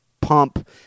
pump